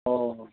অঁ